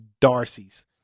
Darcy's